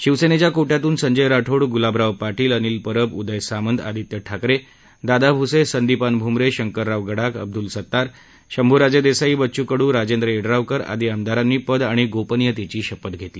शिवसेनेच्या को विातून संजय राठोड गुलाबराव पार्टील अनिल परब उदय सामंत आदित्य ठाकरे दादा भुसे संदीपान भुमरे शंकरराव गडाख अब्दुल सत्तार शंभुराजे देसाई बच्चू कडू राजेंद्र येड्रावकर आदी आमदारांनी पद आणि गोपिनियतेची शपथ घेतली